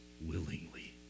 willingly